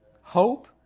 Hope